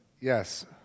Yes